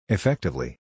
Effectively